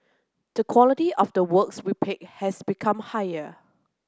the quality of the works we pick has become higher